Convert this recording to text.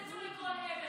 התפוצצו לכל עבר.